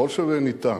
ככל שזה ניתן,